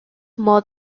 more